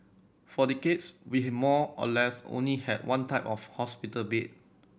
for decades we have more or less only had one type of hospital bed